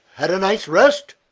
had a nice rest?